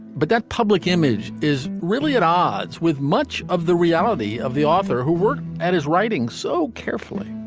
but that public image is really at odds with much of the reality of the author who were at his writing so carefully